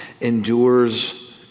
endures